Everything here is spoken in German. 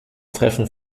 treffen